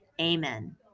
Amen